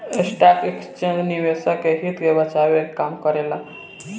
stock exchange निवेशक के हित के बचाये के काम करेला